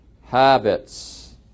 habits